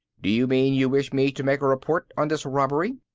do you mean you wish me to make a report on this robbery?